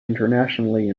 internationally